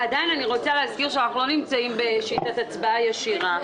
אני עדיין רוצה להזכיר שאנחנו לא נמצאים בשיטת הצבעה ישירה,